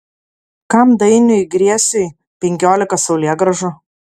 kam dainiui griesiui penkiolika saulėgrąžų